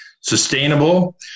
sustainable